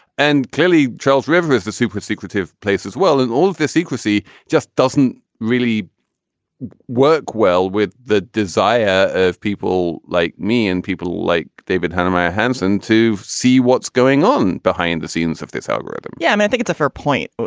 and clearly charles river is a super secretive place as well as and all of the secrecy just doesn't really work well with the desire of people like me and people like david hanna my hansen to see what's going on behind the scenes of this algorithm yeah and i think it's a fair point. but